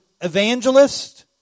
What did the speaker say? evangelist